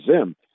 zim